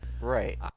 Right